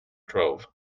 trove